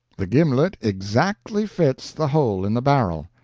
the gimlet exactly fits the hole in the barrel.